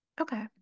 Okay